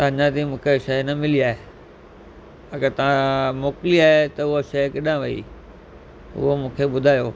त अञा ताईं मूंखे शइ न मिली आहे अगरि तव्हां मोकली आहे त उहा शइ किॾां वई उहो मूंखे ॿुधायो